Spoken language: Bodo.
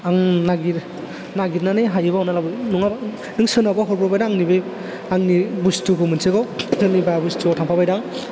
आं नागिर नागिरनानै हायोबा अनना लाबो नङाबा नों सोरनावबा हरब्रबाय दां आंनि बे आंनि बुस्थुखौ मोनसेखौ सोरनिबा बुस्थुवाव थांफाबाय दां